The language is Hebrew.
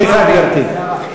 סליחה, גברתי.